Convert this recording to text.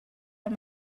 ond